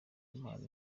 impano